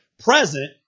Present